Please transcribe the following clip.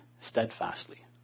steadfastly